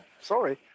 Sorry